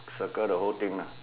circle the whole thing ah